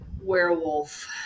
werewolf